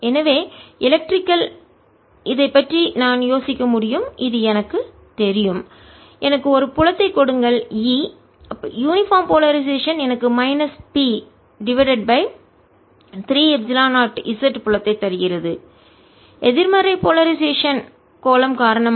எனவே எலக்ட்ரிக்கல் மின்சாரம் இதைப் பற்றி நான் யோசிக்க முடியும் இது எனக்குத் தெரியும் எனக்கு ஒரு புலத்தை கொடுங்கள் E யூனிபார்ம் போலரைசேஷன் சீரான துருவமுனைப்பு எனக்கு minus P divided by 3 epsilon 0 z புலத்தை தருகிறது எதிர்மறை போலரைசேஷன் துருவமுனைப்பு கோளம் காரணமாக